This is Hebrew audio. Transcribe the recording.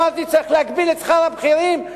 אמרתי: צריך להגביל את שכר הבכירים,